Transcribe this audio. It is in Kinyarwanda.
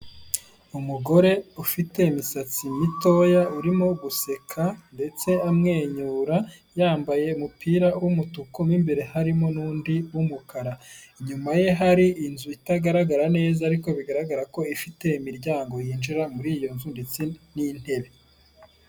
Umugore ufite imisatsi mitoya urimo guseka ndetse amwenyura, yambaye umupira w'umutuku mu imbere harimo n'undi w'umukara, inyuma ye hari inzu itagaragara neza ariko bigaragarako ifite imiryango yinjira muri iyo ndetse n'intebe.